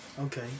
Okay